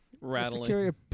rattling